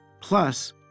plus